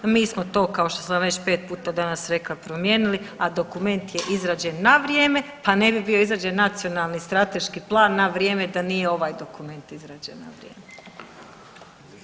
Mi smo to kao što sam već 5 puta danas rekla promijenili, a dokument je izrađen na vrijeme, pa ne bi bio izrađen Nacionalni strateški plan na vrijeme da nije ovaj dokument izrađen na vrijeme.